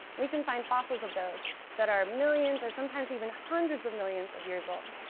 we can find fossils of those that are millions or sometimes even hundreds of millions of years old.